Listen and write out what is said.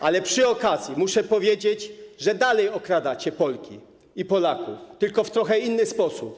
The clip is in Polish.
Ale przy okazji muszę powiedzieć, że dalej okradacie Polki i Polaków, tylko w trochę inny sposób.